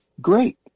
Great